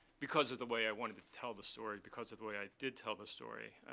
because of the way i wanted to tell the story, because of the way i did tell the story,